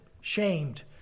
shamed